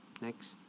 Next